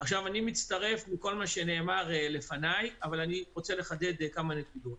אני מצטרף לכל מה שנאמר לפני אבל אני רוצה לחדד כמה נקודות.